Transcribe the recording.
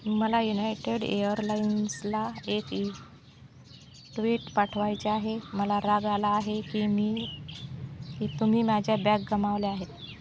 मला युनायटेड एअरलाइन्सला एक इ ट्विट पाठवायचे आहे मला राग आला आहे की मी की तुम्ही माझ्या बॅग गमावल्या आहेत